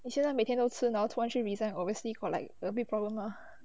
你现在每天都吃 now 突然 resign obviously got like a big problem ah